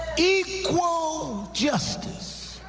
equal justice.